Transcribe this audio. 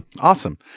Awesome